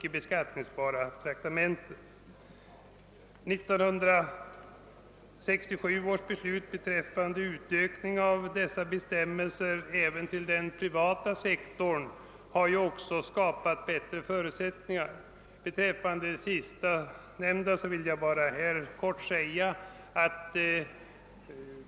1967 års beslut att utsträcka dessa bestämmelser till att gälla även den privata sektorn har också skapat bättre förutsättningar härvidlag.